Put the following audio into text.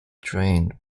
drained